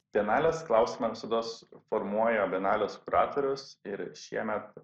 bianalės klausimą visados formuoja bienalės kuratorius ir šiemet